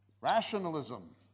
rationalism